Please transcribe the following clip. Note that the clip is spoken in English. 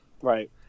Right